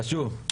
חשוב.